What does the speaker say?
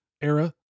era